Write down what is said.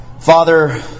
Father